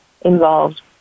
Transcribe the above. involved